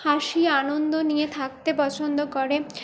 হাসি আনন্দ নিয়ে থাকতে পছন্দ করে